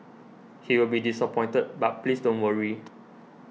he will be disappointed but please don't worry